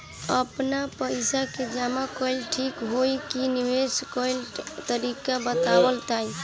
आपन पइसा के जमा कइल ठीक होई की निवेस कइल तइका बतावल जाई?